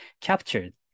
captured